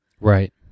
Right